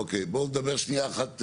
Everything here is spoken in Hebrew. אוקי, בוא נדבר שנייה אחת,